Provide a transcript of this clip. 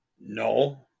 No